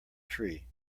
tree